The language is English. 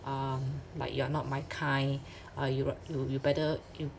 um like you are not my kind uh you r~ you you better you